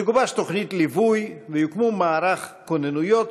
תגובש תוכנית ליווי ויוקמו מערך כוננויות